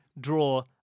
draw